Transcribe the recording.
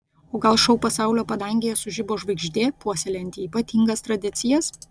o gal šou pasaulio padangėje sužibo žvaigždė puoselėjanti ypatingas tradicijas